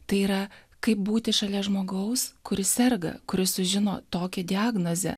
tai yra kaip būti šalia žmogaus kuris serga kuris sužino tokią diagnozę